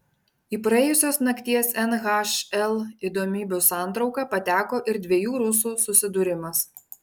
į praėjusios nakties nhl įdomybių santrauką pateko ir dviejų rusų susidūrimas